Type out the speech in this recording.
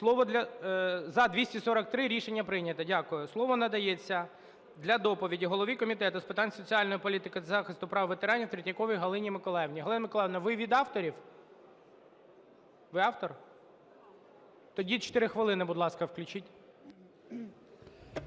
За-243 Рішення прийнято. Дякую. Слово надається для доповіді голові Комітету з питань соціальної політики та захисту прав ветеранів Третьяковій Галині Миколаївні. Галина Миколаївна, ви від авторів? Ви автор? Тоді 4 хвилини, будь ласка, включіть.